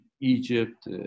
Egypt